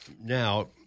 Now